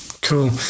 Cool